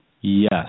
Yes